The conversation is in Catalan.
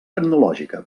tecnològica